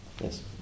Yes